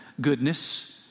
goodness